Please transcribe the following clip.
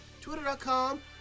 Twitter.com